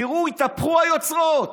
תראו, התהפכו היוצרות.